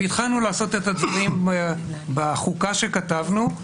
והתחלנו לעשות את הדברים בחוקה שכתבנו,